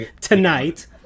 Tonight